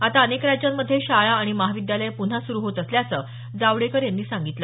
आता अनेक राज्यांमधे शाळा आणि महाविद्यालयं पुन्हा सुरु होत असल्याचं जावडेकर यांनी सांगितलं